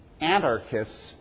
anarchists